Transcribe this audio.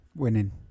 winning